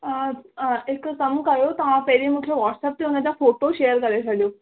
अ हा हिकु कमु कयो तव्हां पहिरीं मूंखे व्हाटसप ते उनजा फ़ोटो शेयर करे छॾियो